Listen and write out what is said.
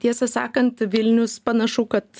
tiesą sakant vilnius panašu kad